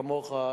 כמוך,